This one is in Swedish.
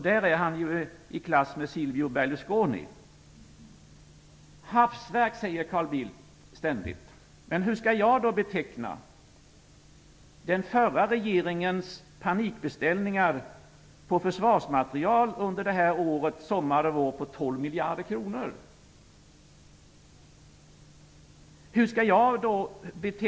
Där är han i klass med Hafsverk, säger Carl Bildt ständigt. Men hur skall då jag beteckna den förra regeringens panikbeställningar av försvarsmateriel på 12 miljarder kronor under det här året?